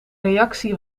reactie